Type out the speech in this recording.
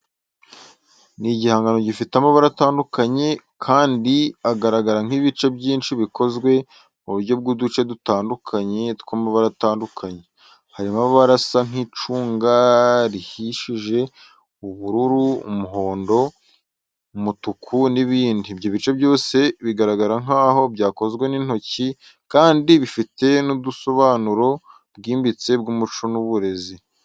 Ni igihangano gifite amabara atandukanye kandi agaragara nk’ibice byinshi bikozwe mu buryo bw’uduce dutandukanye tw’amabara atandukanye, harimo amabara asa nkicunga rihishije ubururu, umuhondo, umutuku, n’ibindi. ibyo bice byose bigaragara nk’aho byakozwe n’intoki kandi bifite ubusobanuro bwimbitse bw’umuco n’uburezi.